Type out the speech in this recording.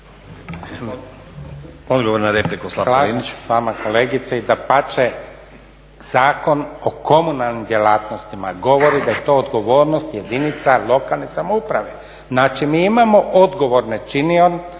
Odgovor na repliku poštovani